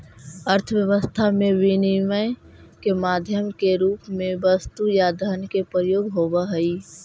अर्थव्यवस्था में विनिमय के माध्यम के रूप में वस्तु या धन के प्रयोग होवऽ हई